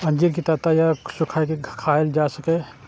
अंजीर कें ताजा या सुखाय के खायल जा सकैए